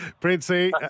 Princey